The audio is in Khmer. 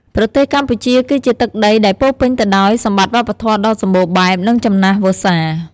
ប្រទេសកម្ពុជា គឺជាទឹកដីដែលពោរពេញទៅដោយសម្បត្តិវប្បធម៌ដ៏សម្បូរបែប និងចំណាស់វស្សា។